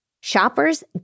Shoppers